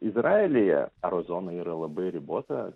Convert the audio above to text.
izraelyje karo zona yra labai ribota